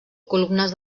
columnes